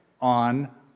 on